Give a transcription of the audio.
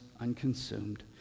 unconsumed